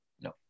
No